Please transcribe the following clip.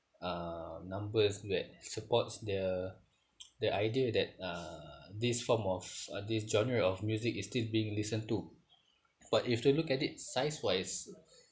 uh numbers that supports the the idea that uh this form of uh this genre of music is still being listened to but you have to look at it size wise